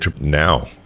now